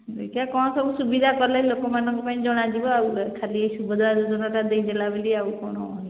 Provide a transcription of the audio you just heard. ଦେଖିବା କ'ଣ ସବୁ ସୁବିଧା କଲେ ଲୋକମାନଙ୍କ ପାଇଁ ଜଣାଯିବ ଆଉ ଖାଲି ଏ ସୁଭଦ୍ରା ଯୋଜନାଟା ଦେଇଦେଲା ବୋଲି ଆଉ କ'ଣ